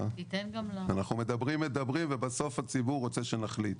אנחנו מדברים ובסוף הציבור רוצה שנחליט.